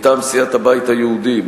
מטעם סיעת הבית היהודי,